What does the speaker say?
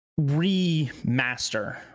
remaster